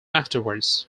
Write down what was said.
afterwards